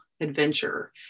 adventure